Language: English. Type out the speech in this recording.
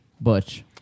Butch